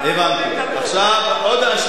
עכשיו עוד אשמה, נוספת.